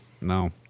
No